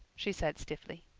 she said stiffly.